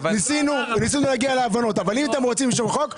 ניסינו להגיע להבנות אבל אם אתם רוצים למשוך חוק,